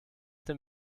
dem